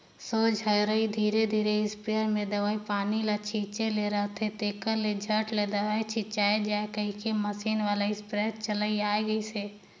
सोझ हरई धरे धरे इस्पेयर मे दवई पानी ल छीचे ले रहथे, तेकर ले झट ले दवई छिचाए जाए कहिके मसीन वाला इस्पेयर चलन आए गइस अहे